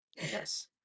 Yes